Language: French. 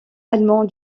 allemand